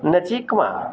નજીકમાં